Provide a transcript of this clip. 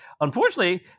Unfortunately